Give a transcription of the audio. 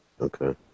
Okay